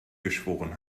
geschworen